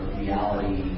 reality